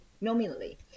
nominally